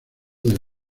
del